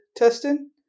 testing